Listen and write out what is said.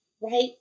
right